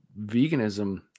veganism